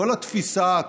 כל התפיסה,